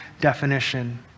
definition